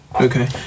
Okay